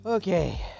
Okay